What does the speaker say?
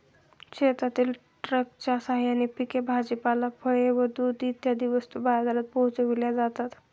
शेतातील ट्रकच्या साहाय्याने पिके, भाजीपाला, फळे व दूध इत्यादी वस्तू बाजारात पोहोचविल्या जातात